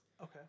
Okay